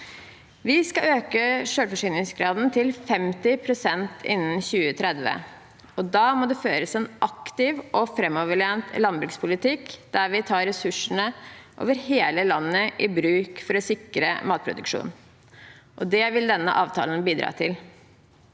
Vi skal øke selvforsyningsgraden til 50 pst. innen 2030, og da må det føres en aktiv og framoverlent landbrukspolitikk der vi tar ressursene over hele landet i bruk for å sikre matproduksjonen. Det vil denne avtalen bidra til.